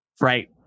Right